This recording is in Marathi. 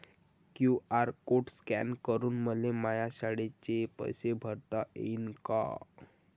क्यू.आर कोड स्कॅन करून मले माया शाळेचे पैसे भरता येईन का?